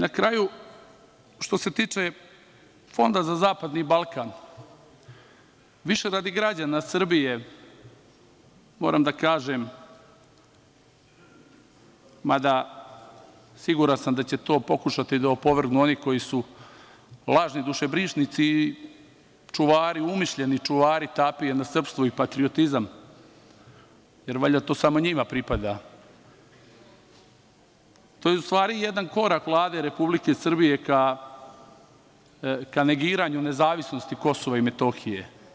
Na kraju, što se tiče Fonda za zapadni Balkan, više radi građana Srbije moram da kažem, mada siguran sam da će to pokušati da opovrgnu oni koji su lažni dušebrižnici i umišljeni čuvari tapije na srpstvo i patriotizam, jer valjda to samo njima pripada, to je u stvari jedan korak Vlade Republike Srbije ka negiranju nezavisnosti Kosova i Metohije.